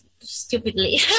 stupidly